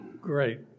Great